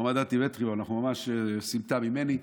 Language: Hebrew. זה ממש סמטה ממני.